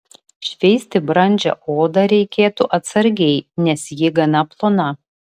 šveisti brandžią odą reikėtų atsargiai nes ji gana plona